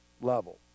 level